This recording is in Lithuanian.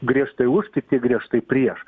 griežtai už kiti griežtai prieš